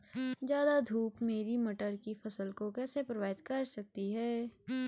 ज़्यादा धूप मेरी मटर की फसल को कैसे प्रभावित कर सकती है?